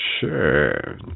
sure